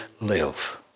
live